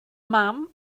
mam